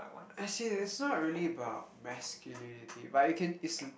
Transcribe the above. I see it's not really about masculinity but you can is